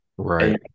Right